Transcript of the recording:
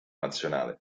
nazionale